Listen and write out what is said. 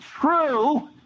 true